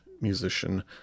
musician